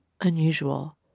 unusual